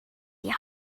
die